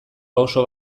pauso